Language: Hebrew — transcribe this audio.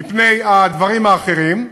מפני הדברים האחרים,